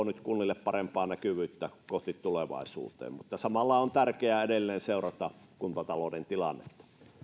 nyt kunnille parempaa näkyvyyttä kohti tulevaisuutta mutta samalla on tärkeää edelleen seurata kuntatalouden tilannetta